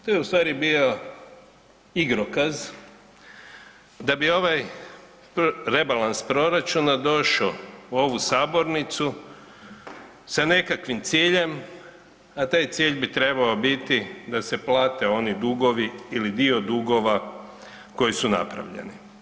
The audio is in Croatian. To je ustvari bio igrokaz da bi ovaj rebalans proračunao došo u ovu sabornicu sa nekakvim ciljem, a taj cilj bi trebao biti da se plate oni dugovi ili dio dugova koji su napravljeni.